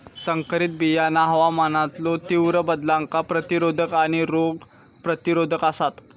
संकरित बियाणा हवामानातलो तीव्र बदलांका प्रतिरोधक आणि रोग प्रतिरोधक आसात